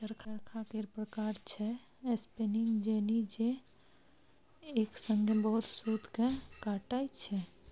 चरखा केर प्रकार छै स्पीनिंग जेनी जे एक संगे बहुत सुत केँ काटय छै